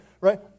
right